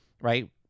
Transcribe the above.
right